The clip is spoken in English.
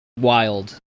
wild